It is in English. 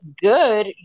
good